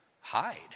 hide